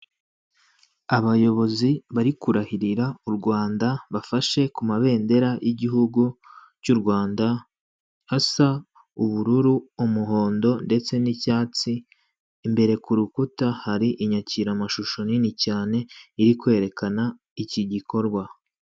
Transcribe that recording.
Abayobozi bari kurahirira u Rwanda bafashe ku mabendera y'igihugu cy'u Rwanda hasa ubururu, umuhondo ndetse n'icyatsi imbere ku rukuta hari inyakiramashusho nini cyane iri kwerekana iki gikorwa.